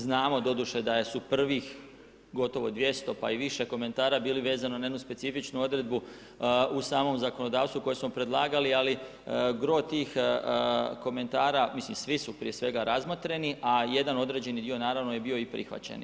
Znamo doduše da su prvih gotovo 200 pa i više komentara bili vezani na jednu specifičnu odredbu u samom zakonodavstvu koje smo predlagali ali gro tih komentara, mislim svi su prije svega razmotreni a jedan određeni dio naravno je bio i prihvaćen.